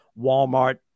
Walmart